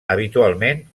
habitualment